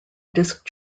disc